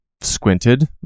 squinted